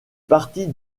partie